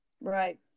Right